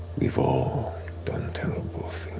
we've all done terrible